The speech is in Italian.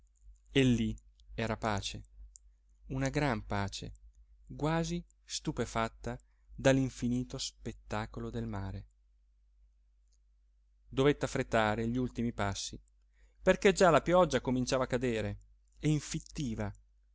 e lí era pace una gran pace quasi stupefatta dall'infinito spettacolo del mare dovette affrettare gli ultimi passi perché già la pioggia cominciava a cadere e infittiva